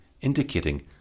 indicating